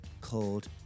called